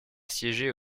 siéger